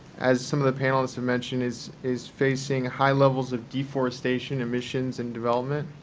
as some of the panelists have mentioned, is is facing high levels of deforestation, emissions, and development,